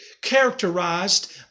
characterized